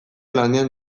lanean